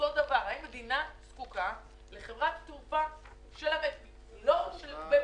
האם המדינה זקוקה לחברת תעופה ישראלית לא בבעלותה?